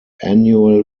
annual